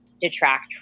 detract